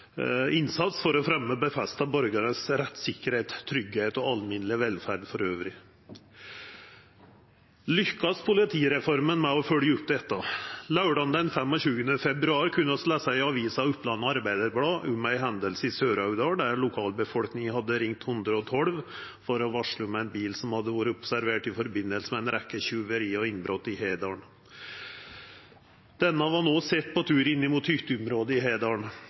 innsats for å fremme og befeste borgernes rettssikkerhet, trygghet og alminnelige velferd for øvrig.» Lukkast politireforma med å følgja opp dette? Laurdag den 25. februar kunne vi lesa i avisa Oppland Arbeiderblad om ei hending i Sør-Aurdal der lokalbefolkninga hadde ringt 112 for å varsla om ein bil som hadde vore observert i samband med ei rekkje tjuveri og innbrot i Hedalen. Bilen var sett på tur inn mot hytteområdet i Hedalen.